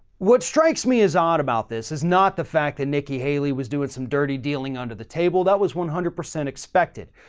what strikes me as odd about this, is not the fact that nikki haley was doing some dirty dealing under the table, that was one hundred percent expected.